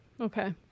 okay